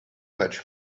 much